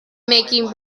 making